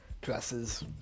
dresses